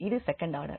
அது second order